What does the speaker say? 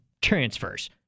transfers